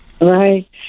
Right